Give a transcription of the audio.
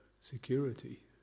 security